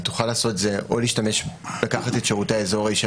היא תוכל לעשות זה או לקחת את שירותי האזור האישי